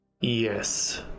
Yes